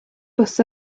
bws